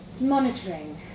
Monitoring